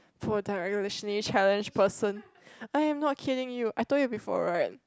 poor directionally challenged person I am not kidding you I told you before right